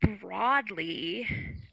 broadly